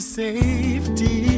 safety